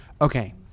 okay